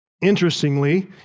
Interestingly